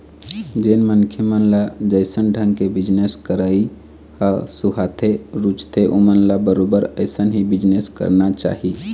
जेन मनखे मन ल जइसन ढंग के बिजनेस करई ह सुहाथे, रुचथे ओमन ल बरोबर अइसन ही बिजनेस करना चाही